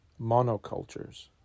monocultures